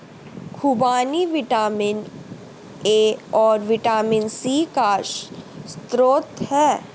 खूबानी vitamin A और vitamin C का स्रोत है